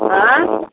आँ